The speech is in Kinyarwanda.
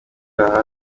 aha